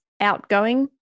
outgoing